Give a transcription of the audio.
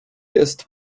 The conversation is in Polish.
jest